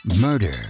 murder